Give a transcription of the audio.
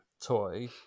toy